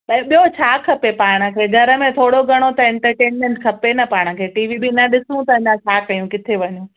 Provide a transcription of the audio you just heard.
त ॿियो छा खपे पाण खे घर में थोरो घणो त एन्टरटेन्मेंट खपे न पाण खे टीवी बि न ॾिसूं त अञा छा कयूं किथे वञू